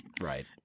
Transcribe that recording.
Right